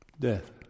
death